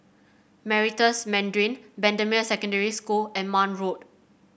Meritus Mandarin Bendemeer Secondary School and Marne Road